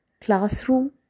classroom